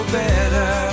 better